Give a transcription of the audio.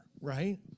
right